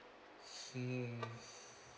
mm